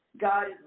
God